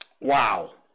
Wow